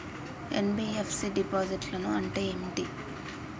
NBFC డిపాజిట్లను అంటే ఏంటి?